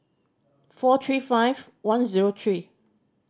four three five one zero three